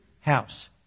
house